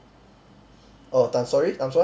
oh times sorry times what